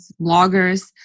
bloggers